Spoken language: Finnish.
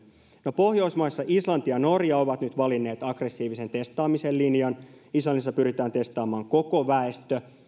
no pohjoismaissa islanti ja norja ovat nyt valinneet aggressiivisen testaamisen linjan islannissa pyritään testaamaan koko väestö